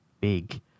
Big